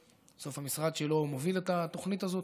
ובסוף המשרד שלו מוביל את התוכנית הזאת.